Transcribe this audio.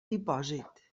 dipòsit